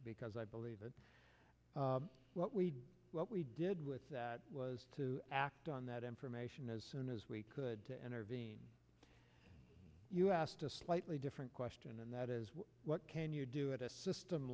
because i believe it what we did what we did with that was to act on that information as soon as we could to intervene you asked a slightly different question and that is what can you do at a system